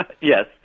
Yes